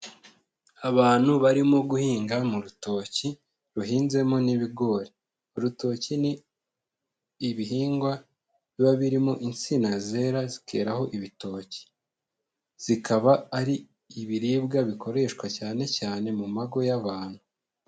Abantu barimo guhinga mu rutoki, ruhinzemo n'ibigori. Urutoki ni ibihingwa biba birimo insina zera zikeraho ibitoki. Zikaba ari ibiribwa bikoreshwa cyane cyane mu mago y'abantu.